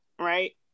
right